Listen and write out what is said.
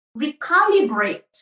recalibrate